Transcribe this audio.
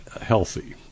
healthy